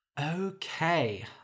Okay